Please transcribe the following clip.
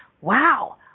Wow